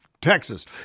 Texas